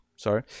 sorry